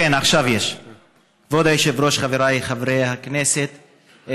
חבריי חברי הכנסת,